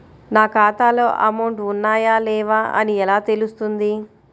నా ఖాతాలో అమౌంట్ ఉన్నాయా లేవా అని ఎలా తెలుస్తుంది?